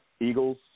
Eagles